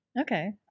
Okay